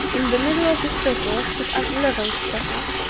in the middle of this circle stood an eleventh sofa,